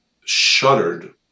shuddered